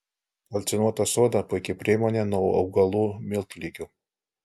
kalcinuota soda puiki priemonė nuo augalų miltligių